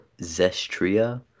Zestria